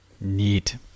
neat